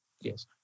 Yes